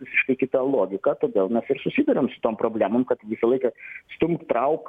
visiškai kita logika todėl mes ir susiduriam su tom problemom kad visą laiką stumk trauk